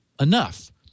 enough